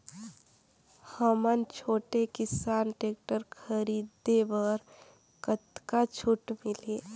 हमन छोटे किसान टेक्टर खरीदे बर कतका छूट मिलही?